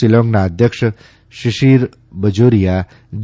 શિલોંગના અધ્યક્ષ શિશિર બજોરીયા જે